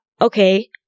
okay